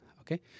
Okay